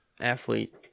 athlete